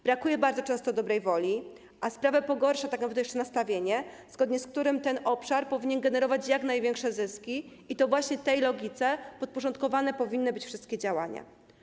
Brakuje bardzo często dobrej woli, a sprawę pogarsza tak naprawdę nastawienie, zgodnie z którym ten obszar powinien generować jak największe zyski i to właśnie tej logice podporządkowane powinny być wszystkie działania.